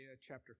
chapter